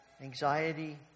anxiety